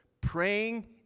Praying